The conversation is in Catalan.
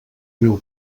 meu